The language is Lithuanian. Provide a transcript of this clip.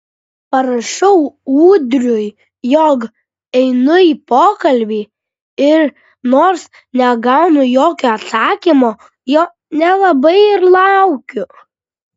parašau ūdriui jog einu į pokalbį ir nors negaunu jokio atsakymo jo nelabai ir laukiu